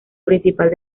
principal